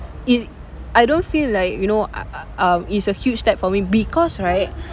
if I don't feel like you know uh uh um it's a huge step for me because right